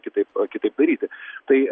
kitaip kitaip daryti tai